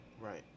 Right